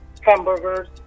Hamburgers